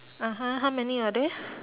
(uh huh) how many are there